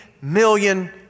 million